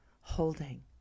holding